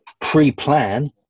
pre-plan